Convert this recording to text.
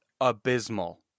abysmal